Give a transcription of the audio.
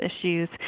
issues